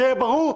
שיהיה ברור,